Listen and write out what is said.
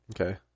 okay